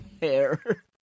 hair